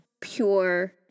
pure